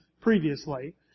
previously